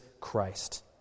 Christ